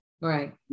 Right